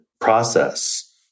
process